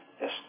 yes